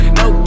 no